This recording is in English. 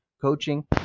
coaching